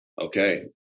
okay